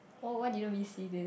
oh why didn't we see this